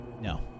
No